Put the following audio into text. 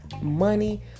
money